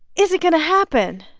is it going to happen?